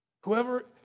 Whoever